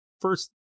first